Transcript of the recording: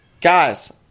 guys